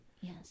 Yes